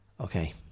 okay